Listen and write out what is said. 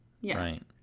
Yes